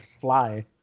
fly